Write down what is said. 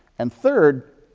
and third,